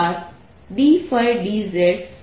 તોdSRdϕdzs છે